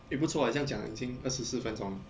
eh 不错 eh 这样讲已经二十四分钟